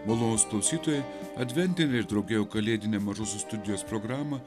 malonūs klausytojai adventinę ir drauge jau kalėdinę mažosios studijos programą